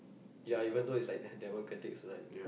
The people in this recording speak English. ya even though it's like that democratic is like